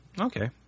Okay